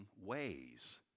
ways